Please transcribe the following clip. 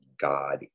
god